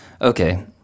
Okay